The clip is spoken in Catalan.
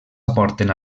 aporten